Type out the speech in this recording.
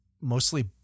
mostly